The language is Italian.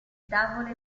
tavole